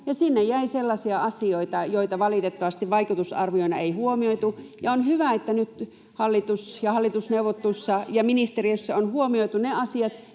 sinne jäi sellaisia asioita, joita valitettavasti vaikutusarvioissa ei huomioitu. On hyvä, että nyt hallitusneuvotteluissa ja ministeriössä on huomioitu ne asiat,